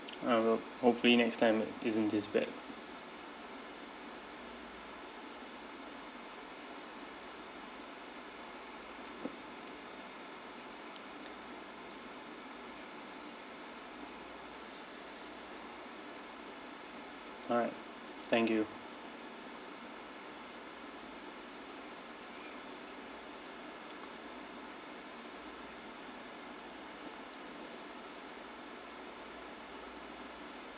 ah we'll hopefully next time isn't this bad all right thank you